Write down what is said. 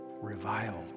Reviled